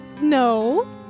no